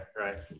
right